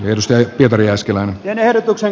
edustaja pietari jääskelän ehdotuksen